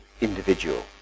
individual